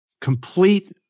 complete